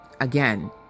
Again